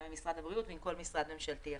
גם עם משרד הבריאות ועם כל משרד ממשלתי אחר.